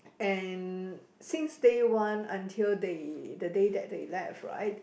and since day one until they the day that they left right